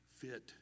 fit